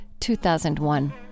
2001